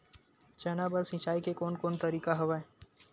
चना बर सिंचाई के कोन कोन तरीका हवय?